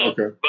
Okay